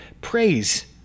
praise